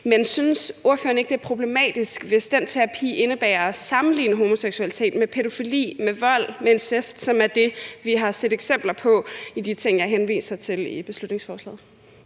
Men synes ordføreren ikke, at det er problematisk, hvis den terapi indebærer at sammenligne homoseksualitet med pædofili, med vold og med incest, som er det, vi har set eksempler på i de ting, jeg henviser til i beslutningsforslaget?